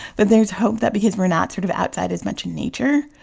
but there's hope that because we're not sort of outside as much in nature,